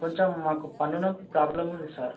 కొంచెం మాకు పన్ను నొప్పి ప్రాబ్లం ఉంది సార్